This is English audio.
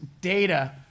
data